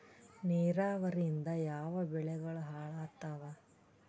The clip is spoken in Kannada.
ನಿರಾವರಿಯಿಂದ ಯಾವ ಬೆಳೆಗಳು ಹಾಳಾತ್ತಾವ?